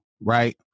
Right